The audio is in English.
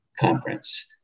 conference